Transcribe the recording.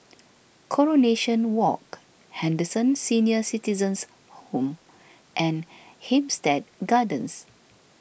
Coronation Walk Henderson Senior Citizens' Home and Hampstead Gardens